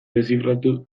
deszifratu